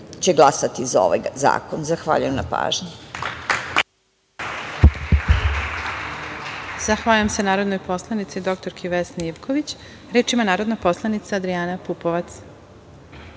će glasati za ovaj zakon. Zahvaljujem na pažnji.